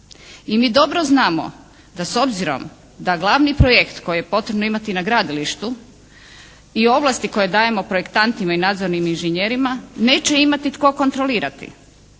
I mi dobro znamo da s obzirom da glavni projekt koji je potrebno imati na gradilištu i ovlasti koje dajemo projektantima i nadzornim inžinjerima neće imati tko kontrolirati,